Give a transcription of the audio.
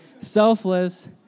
selfless